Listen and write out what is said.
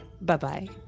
Bye-bye